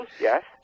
yes